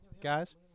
Guys